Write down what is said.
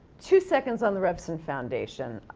two seconds on the revson foundation,